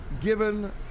Given